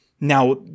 Now